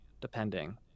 depending